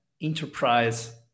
enterprise